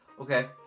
Okay